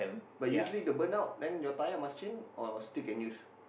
but usually the burnout then your tyre must change or still can use